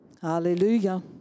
Hallelujah